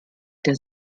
der